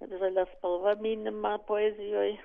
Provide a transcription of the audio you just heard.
ir žalia spalva minima poezijoje